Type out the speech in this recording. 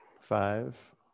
five